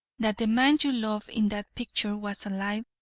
that the man you love in that picture was alive,